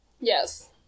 Yes